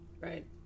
Right